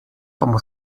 como